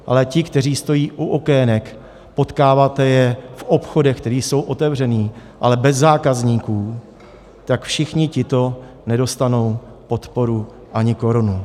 Ale ti, kteří stojí u okének, potkáváte je v obchodech, které jsou otevřené, ale bez zákazníků, tak všichni tito nedostanou podporu ani korunu.